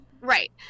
Right